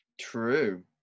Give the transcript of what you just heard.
True